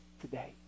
today